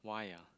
why ah